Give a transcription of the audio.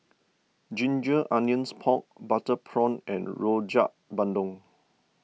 Ginger Onions Pork Butter Prawn and Rojak Bandung